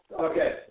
okay